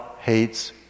hates